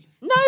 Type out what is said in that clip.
No